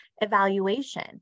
evaluation